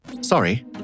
Sorry